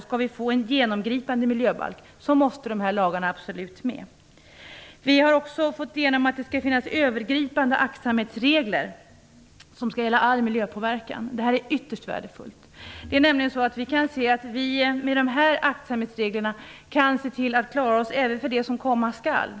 Skall vi få en genomgripande miljöbalk måste de här lagarna absolut med. Vi har också fått igenom att det skall finnas övergripande aktsamhetsregler som skall gälla all miljöpåverkan. Det är ytterst värdefullt. Genom dem kan vi skydda oss även mot det som komma skall.